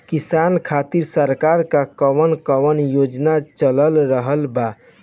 किसान खातिर सरकार क कवन कवन योजना चल रहल बा?